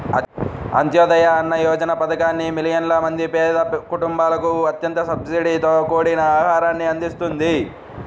అంత్యోదయ అన్న యోజన పథకాన్ని మిలియన్ల మంది పేద కుటుంబాలకు అత్యంత సబ్సిడీతో కూడిన ఆహారాన్ని అందిస్తుంది